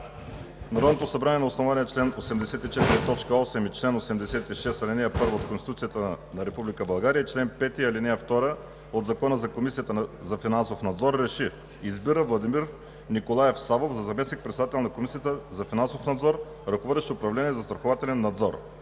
Народното събрание на основание чл. 84, т. 8 и чл. 86, ал. 1 от Конституцията на Република България и чл. 5, ал. 2 от Закона за Комисията за финансов надзор РЕШИ: Избира Владимир Николаев Савов за заместник-председател на Комисията за финансов надзор, ръководещ управление „Застрахователен надзор“.“